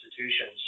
institutions